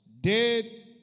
dead